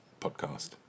podcast